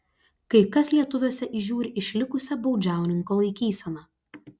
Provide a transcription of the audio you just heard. kai kas lietuviuose įžiūri išlikusią baudžiauninko laikyseną